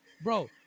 Bro